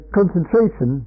concentration